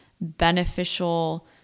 beneficial